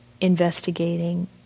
investigating